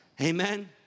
Amen